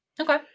okay